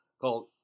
called